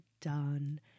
done